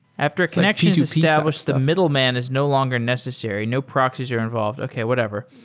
after a connection is established, the middleman is no longer necessary. no proxies are involved. okay. whatever.